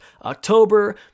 October